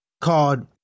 called